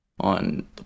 on